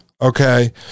okay